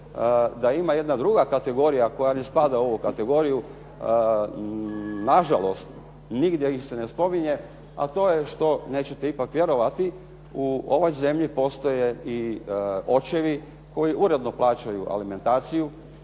da ima jedna druga kategorija koja ne spada u ovu kategoriju. Nažalost, nigdje ih se ne spominje, a to je što, nećete ipak vjerovati, u ovoj zemlji postoje i očevi koji uredno plaćaju alimentaciju,